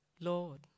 Lord